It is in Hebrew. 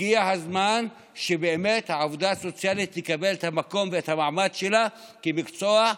הגיע הזמן שבאמת העבודה הסוציאלית תקבל את המקום ואת המעמד שלה כמקצוע,